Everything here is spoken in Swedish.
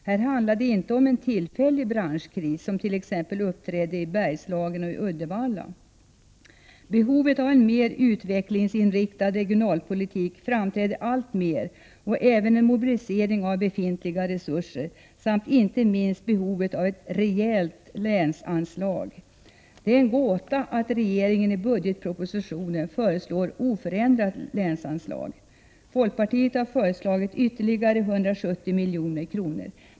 Här handlar det inte om en tillfällig branschkris, som t.ex. den som uppträdde i Bergslagen och Uddevalla. Behovet av en mer utvecklingsinriktad regionalpolitik framträder alltmer, liksom behovet av en mobilisering av befintliga resurser samt inte minst behovet av ett rejält länsanslag. Det är en gåta att regeringen i budgetpropositionen föreslår oförändrat länsanslag. Folkpartiet har föreslagit ytterligare 170 miljoner.